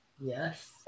Yes